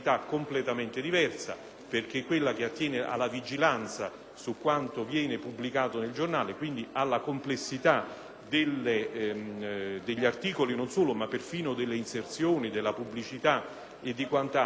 su quanto viene pubblicato nel giornale, quindi alla complessità non solo degli articoli ma perfino delle inserzioni, della pubblicità e di quant'altro. Pertanto, abbiamo di fronte una situazione completamente diversa